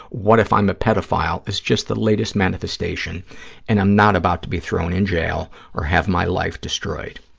what if i'm a pedophile, is just the latest manifestation and i'm not about to be thrown in jail or have my life destroyed.